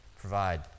provide